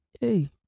Hey